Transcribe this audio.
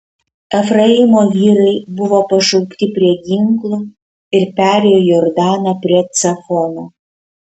efraimo vyrai buvo pašaukti prie ginklų ir perėjo jordaną prie cafono